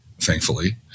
Thankfully